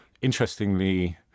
interestingly